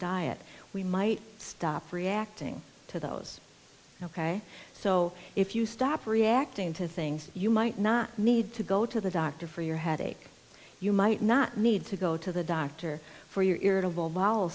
diet we might stop reacting to those ok so if you stop reacting to things you might not need to go to the doctor for your headache you might not need to go to the doctor for your irritable bowel